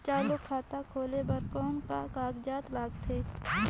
चालू खाता खोले बर कौन का कागजात लगथे?